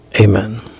Amen